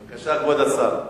בבקשה, כבוד השר.